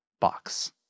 box